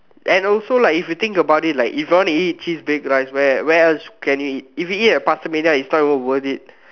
and also like if you think about it like if I want to eat cheese baked rice where where else can you eat if you eat at PastaMania it's not even worth it